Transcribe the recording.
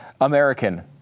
American